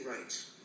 rights